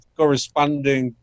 corresponding